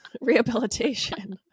rehabilitation